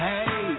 Hey